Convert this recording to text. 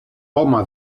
home